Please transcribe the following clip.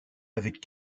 avec